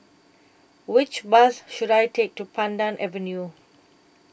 Which Bus should I Take to Pandan Avenue